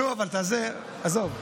נו, אבל אתה, עזוב.